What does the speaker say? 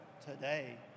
today